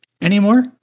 anymore